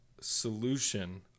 solution